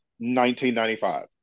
1995